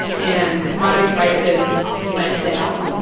and commodity prices went down.